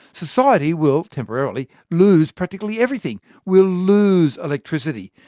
society will temporarily lose practically everything. we'll lose electricity,